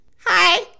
Hi